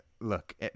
Look